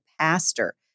pastor